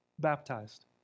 baptized